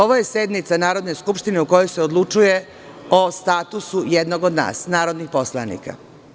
Ovo je sednica Narodne skupštine u kojoj se odlučuje o statusu jednog od nas, narodnih poslanika.